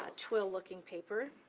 ah twill looking paper.